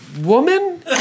woman